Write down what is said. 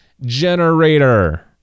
generator